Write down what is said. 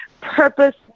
purpose